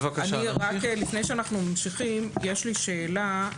לפני שאנחנו ממשיכים, יש לי שאלה.